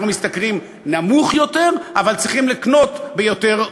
אנחנו משתכרים נמוך יותר, אבל צריכים לקנות ביותר.